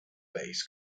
bass